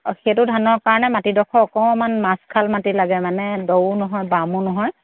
অ' সেইটো ধানৰ কাৰণে মাটিডখৰ অকণমান মাজখাল মাটি লাগে মানে দও নহয় বামো নহয়